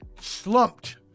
slumped